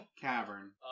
cavern